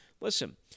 Listen